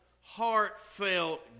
heartfelt